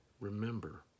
remember